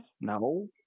No